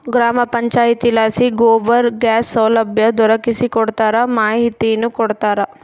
ಗ್ರಾಮ ಪಂಚಾಯಿತಿಲಾಸಿ ಗೋಬರ್ ಗ್ಯಾಸ್ ಸೌಲಭ್ಯ ದೊರಕಿಸಿಕೊಡ್ತಾರ ಮಾಹಿತಿನೂ ಕೊಡ್ತಾರ